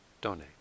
donate